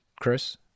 Chris